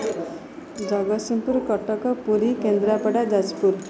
Jagatsinghpur Cuttack Puri Kendrapara Jajpur